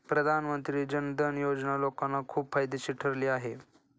प्रधानमंत्री जन धन योजना लोकांना खूप फायदेशीर ठरली आहे